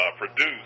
produce